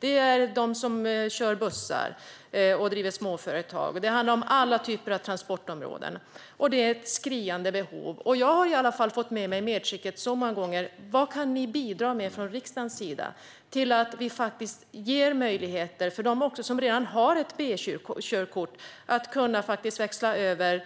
Det är från dem som kör bussar och driver småföretag. Det handlar om alla typer av transport, och det är ett skriande behov. Jag har många gånger fått frågan medskickad: Vad kan ni bidra med från riksdagens sida för att ge möjlighet, också för dem som redan har B-körkort, att växla över